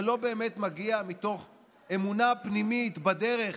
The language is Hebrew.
זה לא באמת מגיע מתוך אמונה פנימית בדרך,